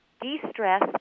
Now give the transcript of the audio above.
de-stress